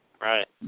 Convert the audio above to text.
Right